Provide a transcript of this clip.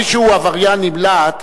מי שהוא עבריין נמלט,